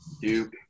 Duke